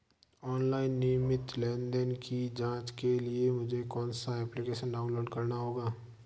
Online नियमित लेनदेन की जांच के लिए मुझे कौनसा एप्लिकेशन डाउनलोड करना होगा?